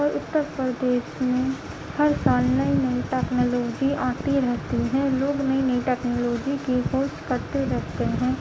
اور اتر پردیش میں ہر سال نئی نئی ٹکنالوجی آتی رہتی ہیں لوگ نئی نئی ٹکنالکوجی کی کھوج کرتے رہتے ہیں